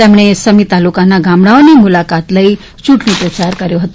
તેમણે સમી તાલુકાના ગામડાંઓની મુલાકાત લઈ યૂંટણી પ્રચાર કર્યો હતો